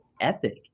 epic